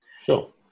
Sure